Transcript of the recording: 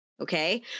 okay